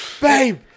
babe